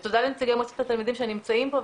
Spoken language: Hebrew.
ותודה לנציגי מועצת התלמידים שנמצאים פה,